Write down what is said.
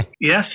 Yes